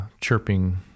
chirping